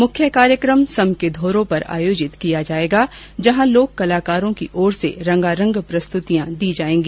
मुख्य कार्यक्रम सम के धोरो पर आयोजित किया जाएगा जहां लोक कलाकारों की ओर से रंगारंग प्रस्तुतियां दी जाएगी